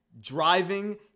driving